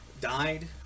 died